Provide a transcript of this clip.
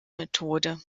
methode